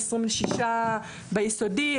26% ביסודי,